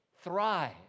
thrive